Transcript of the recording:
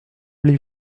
allez